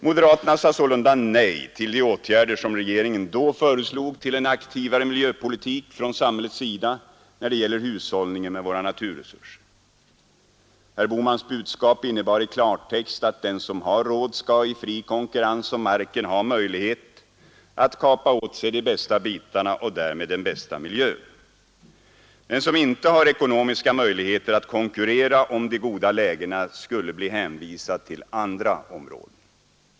Moderaterna sade sålunda nej till de åtgärder som regeringen då föreslog till en aktivare miljöpolitik från samhällets sida när det gäller hushållningen med våra naturresurser. Herr Bohmans budskap innebar i klartext, att den som har råd skall i fri konkurrens om marken ha möjlighet att kapa åt sig de bästa bitarna och därmed den bästa miljön. Den som inte har ekonomiska möjligheter att konkurrerera om de goda lägena skulle bli hänvisad till andra områden.